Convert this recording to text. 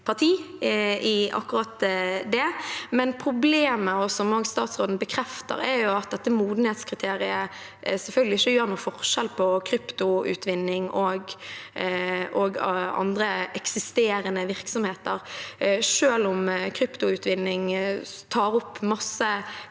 det. Problemet – som statsråden også bekrefter – er at dette modenhetskriteriet selvfølgelig ikke gjør noen forskjell på kryptoutvinning og andre eksisterende virksomheter, selv om kryptoutvinning tar opp masse